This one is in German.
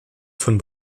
von